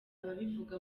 ababivuga